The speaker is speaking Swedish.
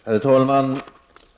Herr talman!